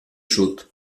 sud